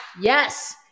Yes